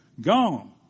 gone